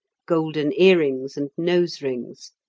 golden earrings and nose-rings.